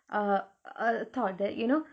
uh a thought that you know